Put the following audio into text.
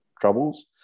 troubles